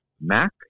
Mac